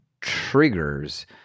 triggers